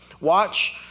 Watch